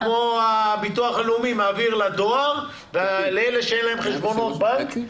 כמו הביטוח הלאומי שמעביר לדואר ולאלה שאין להם חשבונות בנק,